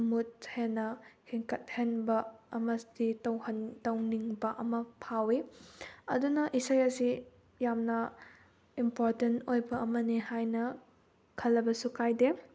ꯃꯨꯠ ꯍꯦꯟꯅ ꯍꯦꯟꯒꯠꯍꯟꯕ ꯑꯃꯗꯤ ꯇꯧꯅꯤꯡꯕ ꯑꯃ ꯐꯥꯎꯏ ꯑꯗꯨꯅ ꯏꯁꯩ ꯑꯁꯤ ꯌꯥꯝꯅ ꯏꯝꯄꯣꯔꯇꯦꯟ ꯑꯣꯏꯕ ꯑꯃꯅꯤ ꯍꯥꯏꯅ ꯈꯜꯂꯕꯁꯨ ꯀꯥꯏꯗꯦ